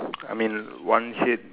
I mean one shade